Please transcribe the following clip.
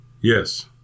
Yes